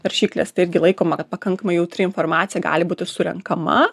naršykles tai irgi laikoma kad pakankamai jautri informacija gali būti surenkama